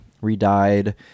re-dyed